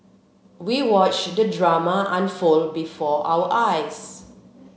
we watched the drama unfold before our eyes